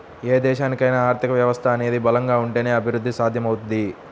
ఏ దేశానికైనా ఆర్థిక వ్యవస్థ అనేది బలంగా ఉంటేనే అభిరుద్ధి సాధ్యమవుద్ది